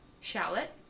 shallot